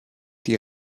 die